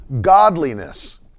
godliness